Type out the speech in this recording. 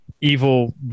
evil